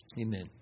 Amen